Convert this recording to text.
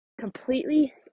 completely